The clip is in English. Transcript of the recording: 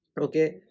Okay